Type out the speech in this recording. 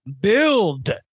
build